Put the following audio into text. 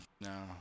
no